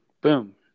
boom